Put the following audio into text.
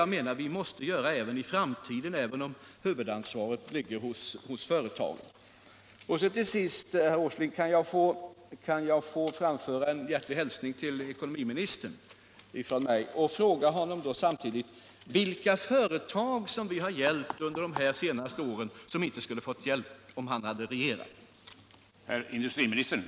Jag menar att det måste samhället göra också i framtiden, även om huvudansvaret ligger hos företagen. Till sist, herr Åsling, kan jag få framföra en hjärtlig hälsning till ekonomiministern och samtidigt fråga honom vilka företag som har fått hjälp under de senaste åren men som inte skulle ha fått hjälp om herr Bohman hade regerat.